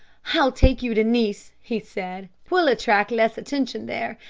i'll take you to nice, he said. we'll attract less attention there,